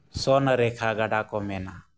ᱥᱚᱨᱱᱚ ᱨᱮᱠᱷᱟ ᱜᱟᱰᱟ ᱠᱚ ᱢᱮᱱᱟ